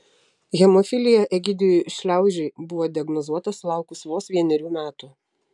hemofilija egidijui šliaužiui buvo diagnozuota sulaukus vos vienerių metų